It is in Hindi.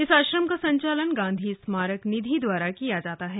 इस आश्रम का संचालन गांधी स्मारक निधि द्वारा किया जाता है